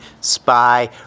Spy